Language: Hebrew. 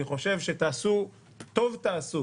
אני חושב שטוב תעשו